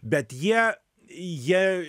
bet jie jie